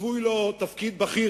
צפוי לו תפקיד בכיר,